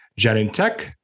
Genentech